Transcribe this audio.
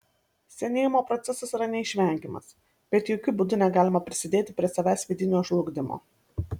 senėjimo procesas yra neišvengiamas bet jokiu būdu negalima prisidėti prie savęs vidinio žlugdymo